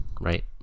right